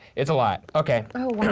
it's a lot, okay.